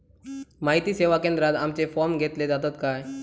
माहिती सेवा केंद्रात आमचे फॉर्म घेतले जातात काय?